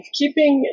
keeping